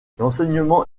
l’enseignement